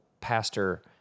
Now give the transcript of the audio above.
pastor